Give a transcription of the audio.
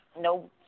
No